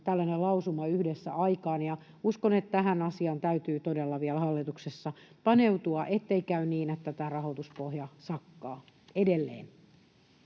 tällainen lausuma yhdessä aikaan, ja uskon, että tähän asiaan täytyy todella vielä hallituksessa paneutua, ettei käy niin, että tämä rahoituspohja sakkaa edelleen.